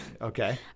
Okay